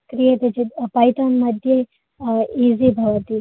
क्रियते चेत् पैथान् मध्ये ईॹि भवति